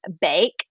bake